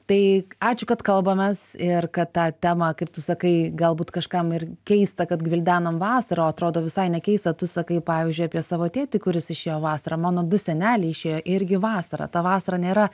tai ačiū kad kalbamės ir kad ta tema kaip tu sakai galbūt kažkam ir keista kad gvildenam vasarą o atrodo visai nekeista tu sakai pavyzdžiui apie savo tėtį kuris išėjo vasarą mano du seneliai išėjo irgi vasarą ta vasara nėra